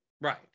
Right